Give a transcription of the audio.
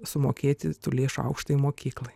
sumokėti tų lėšų aukštajai mokyklai